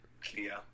clear